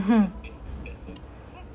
(uh huh)